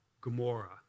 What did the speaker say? Gomorrah